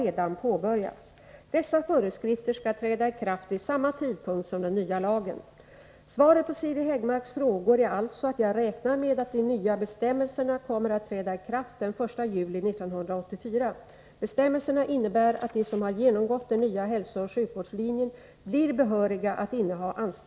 Om propositionen kommer sent , vilka åtgärder avser statsrådet då vidta för att tillförsäkra nämnda studerande behörighet?